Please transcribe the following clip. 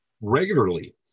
regularly